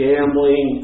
Gambling